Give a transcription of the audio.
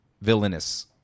Villainous